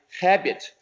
habit